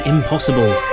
Impossible